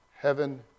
heaven